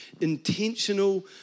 intentional